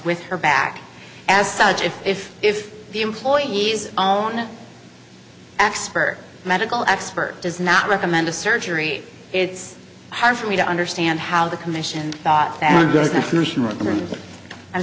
with her back as such if if if the employees on an expert medical expert does not recommend a surgery it's hard for me to understand how the commission thought thank good